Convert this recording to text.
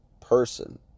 person